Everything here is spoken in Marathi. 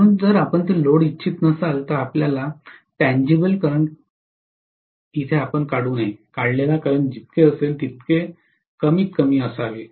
म्हणून जर आपण ते लोड करू इच्छित नसाल तर आपण ट्यनजीबल करंट काढू नका काढलेला करंट जितके असेल तितके कमीतकमी असावे